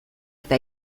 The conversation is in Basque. eta